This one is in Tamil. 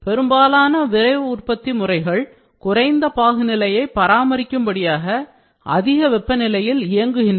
பெரும்பாலான விரைவு உற்பத்தி முறைகள் குறைந்த பாகு நிலையை பராமரிக்கும் படியாக அதிக வெப்பநிலையில் இயங்குகின்றன